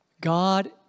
God